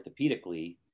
orthopedically